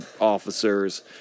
officers